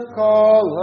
call